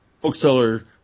bookseller